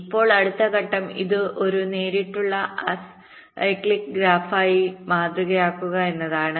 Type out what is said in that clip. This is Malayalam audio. ഇപ്പോൾ അടുത്ത ഘട്ടം ഇത് ഒരു നേരിട്ടുള്ള അസൈക്ലിക് ഗ്രാഫായി മാതൃകയാക്കുക എന്നതാണ്